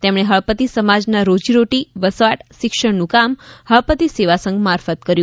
તેમણે ફળપતિ સમાજના રોજી રોટી વસવાટ શિક્ષણનું કામ ફળપતિ સેવાસંઘ મારફત કર્યું